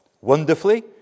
wonderfully